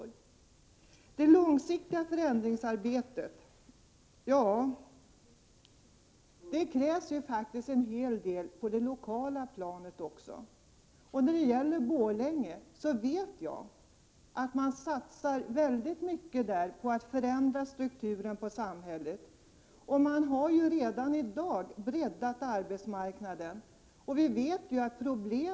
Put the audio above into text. När det gäller det långsiktiga förändringsarbetet krävs det en hel del åtgärder på det lokala planet. Jag vet att man it.ex. Borlänge satsar väldigt mycket på att förändra strukturen på samhället och att man redan i dag har breddat arbetsmarknaden.